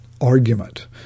argument